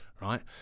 right